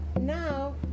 Now